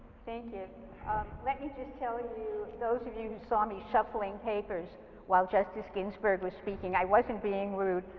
thank you llet me just tell those of you who saw me shuffling papers while justice ginsburg was speaking, i wasn't being rude.